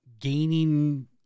gaining